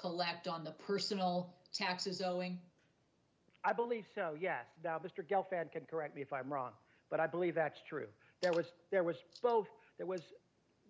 collect on the personal taxes owing i believe so yes mr gelfand can correct me if i'm wrong but i believe that's true there was there was both that was